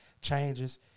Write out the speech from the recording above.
changes